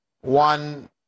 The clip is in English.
one